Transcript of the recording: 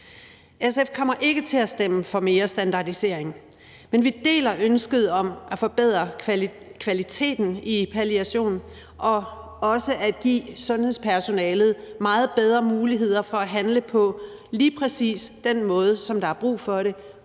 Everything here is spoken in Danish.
SF kommer ikke til at stemme for mere standardisering, men vi deler ønsket om at forbedre kvaliteten i palliation og også at give sundhedspersonalet meget bedre muligheder for at handle på lige præcis den måde, der er brug for,